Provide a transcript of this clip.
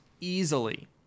easily